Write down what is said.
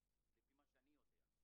תרבות של מקצוענות בתחום הבנייה.